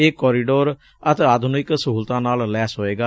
ਇਹ ਕੋਰੀਡੋਰ ਅਤਿਆਧੁਨਿਕ ਸਹੁਲਤਾਂ ਨਾਲ ਲੈਸ ਹੋਏਗਾ